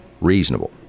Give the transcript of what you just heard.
reasonable